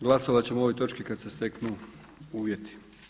Glasovat ćemo o ovoj točki kad se steknu uvjeti.